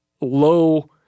low